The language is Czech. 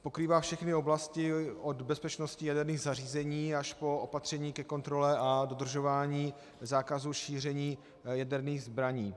Pokrývá všechny oblasti od bezpečnosti jaderných zařízení až po opatření ke kontrole a dodržování zákazu šíření jaderných zbraní.